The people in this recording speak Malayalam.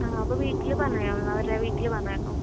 ആ അപ്പോൾ വീട്ടിൽ പറഞ്ഞോ അവരുടെ വീട്ടിൽ പറഞ്ഞായിരുന്നോ